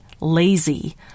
lazy